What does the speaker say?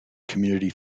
community